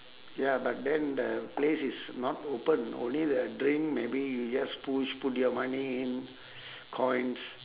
ya but then the place is not open only the drink maybe you just push put your money in coins